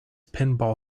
pinball